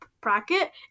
bracket